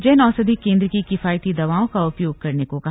जनऔषधि केंद्र की किफायती दवाओं का उपयोग करने को कहा